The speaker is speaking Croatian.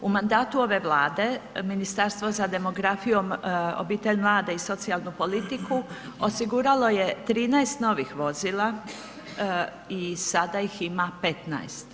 U mandatu ove Vlade, Ministarstvo za demografiju, obitelj, mlade i socijalnu politiku osiguralo je 13 novih vozila i sada ih ima 15.